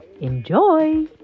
Enjoy